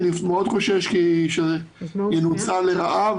כי אני חושש מאוד שזה ינוצל לרעה,